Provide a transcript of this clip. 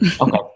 Okay